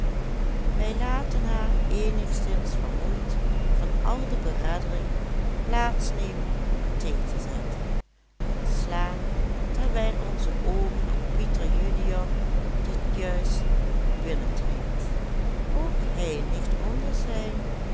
wij laten haar eenigszins vermoeid van al de bereddering plaats nemen om thee te zetten en slaan terwijl onze oogen op pieter jr die juist binnentreedt ook hij ligt onder zijn